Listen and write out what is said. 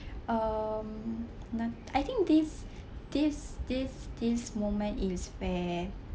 um no~ I think this this this this moment is when